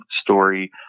story